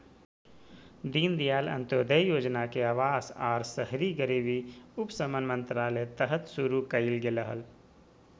दीनदयाल अंत्योदय योजना के अवास आर शहरी गरीबी उपशमन मंत्रालय तहत शुरू कइल गेलय हल